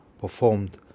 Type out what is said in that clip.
performed